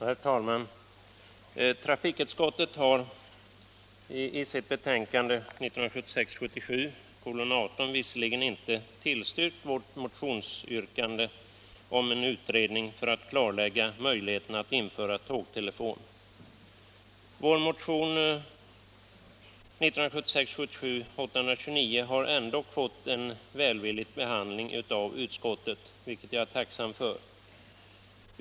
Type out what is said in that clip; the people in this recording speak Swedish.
Herr talman! Trafikutskottet har i sitt betänkande 1976 77:829 har ändock fått en välvillig behandling av utskottet, vilket jag är tacksam för.